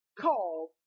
called